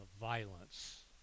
violence